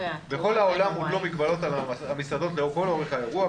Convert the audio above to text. בכל העולם הוטלו מגבלות על המסעדות לכל אורך האירוע.